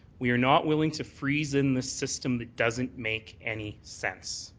we are not willing to freeze in the system that doesn't make any sense.